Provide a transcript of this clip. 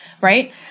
right